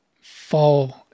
fall